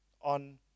on